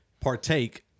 partake